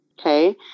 okay